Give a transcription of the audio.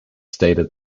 stated